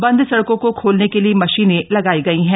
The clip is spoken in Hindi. बंद सड़कों को खोलने के लिए मशीनें लगाई गई है